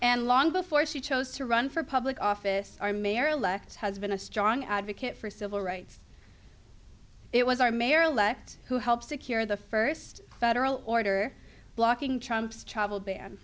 and long before she chose to run for public office our mayor elect has been a strong advocate for civil rights it was our mayor elect who helped secure the first federal order blocking trump's chapel ban